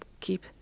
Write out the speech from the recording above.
keep